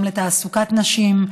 גם לתעסוקת נשים,